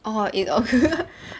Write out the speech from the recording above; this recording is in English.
or it or